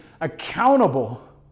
accountable